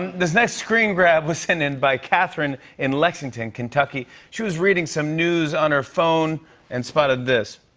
this next screen grab was sent in by catherine in lexington, kentucky. she was reading some news on her phone and spotted this.